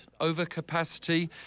overcapacity